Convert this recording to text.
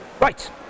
Right